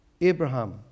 Abraham